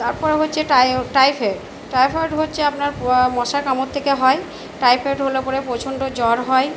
তারপরে হচ্ছে টায়ো টাইফেয়ড টাইফয়েড হচ্ছে আপনার মশার কামড় থেকে হয় টাইফয়েড হলে পরে প্রচণ্ড জ্বর হয়